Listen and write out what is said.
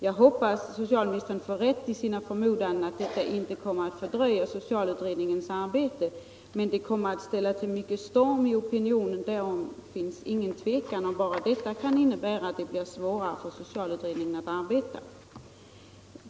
Jag hoppas socialministern får rätt i sina förmodanden att tilläggsdirektiven inte kommer att fördröja socialutredningens arbete, men att dessa kommer att leda till en stormig opinion råder det inget tvivel om. Bara detta kommer att innebära att det blir svårare för socialutredningen att arbeta.